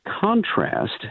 contrast